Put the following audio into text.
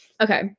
Okay